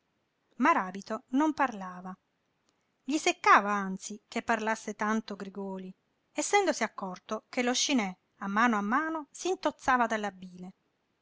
crepa maràbito non parlava gli seccava anzi che parlasse tanto grigòli essendosi accorto che lo scinè a mano a mano s'intozzava dalla bile